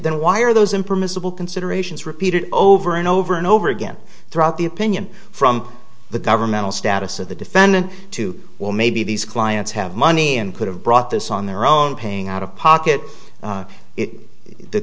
then why are those impermissible considerations repeated over and over and over again throughout the opinion from the governmental status of the defendant to well maybe these clients have money and could have brought this on their own paying out of pocket it the